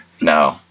No